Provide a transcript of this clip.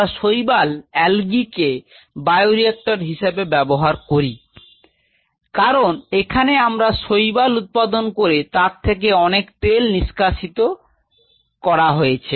আমরা শৈবাল কে বায়োরিয়াকটর হিসেবে ব্যাবহার করি কারন এখানে আমরা শৈবাল উৎপাদন করে তার থেকে অনেক তেল নিষ্কাষিত করা হয়েছে